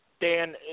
Dan